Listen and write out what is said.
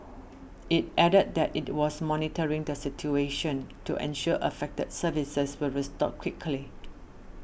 it added that it was monitoring the situation to ensure affected services were restored quickly